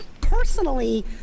personally